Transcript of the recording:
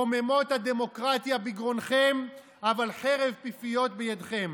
רוממות הדמוקרטיה בגרונכם אבל חרב פיפיות בידכם.